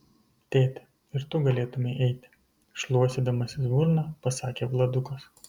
tėti ir tu galėtumei eiti šluostydamasis burną pasakė vladukas